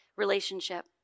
relationship